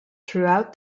throughout